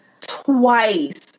twice